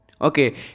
okay